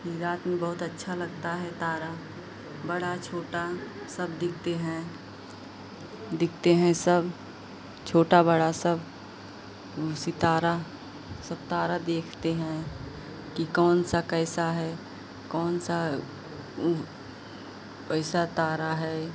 कि रात में बहुत अच्छा लगता है तारा बड़ा छोटा सब दिखते हैं दिखते हैं सब छोटा बड़ा सब ऊ सितारा सब तारा देखते हैं कि कौन सा कैसा है कौन सा कैसा तारा है